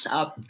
up